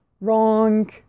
wrong